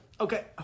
Okay